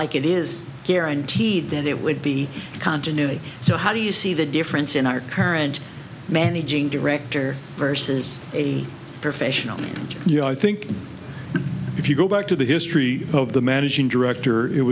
like it is guaranteed that it would be continuity so how do you see the difference in our current managing director versus a professional yeah i think if you go back to the history of the managing director it